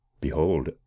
behold